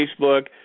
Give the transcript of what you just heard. Facebook